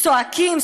צועקים,